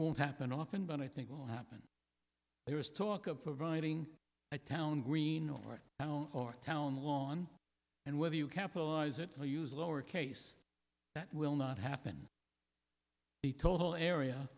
won't happen often but i think will happen there is talk of providing a town green or or town lawn and whether you capitalize it or use lower case that will not happen the total area